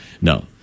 no